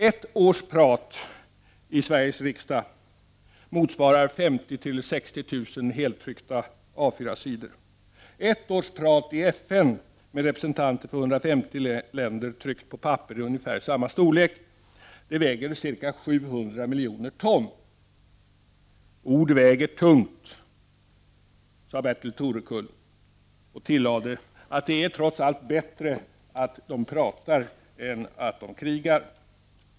Ett års prat i Sveriges riksdag motsvarar 50 000-60 000 heltryckta A4-sidor. Ett års prat i FN med representanter för 150 länder, tryckt på papper i ungefär samma storlek som A4, väger ca 700 miljoner ton. Ord väger tungt, sade Bertil Torekull och tillade att det trots allt är bättre att dom pratar än att dom krigar.